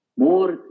more